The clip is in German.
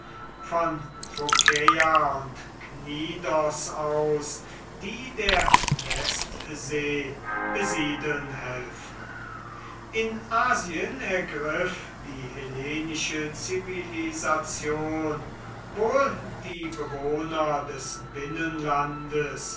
von phokäa und knidos aus die der westsee besiedeln helfen in asien ergriff die hellenische zivilisation wohl die bewohner des binnenlandes